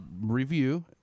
review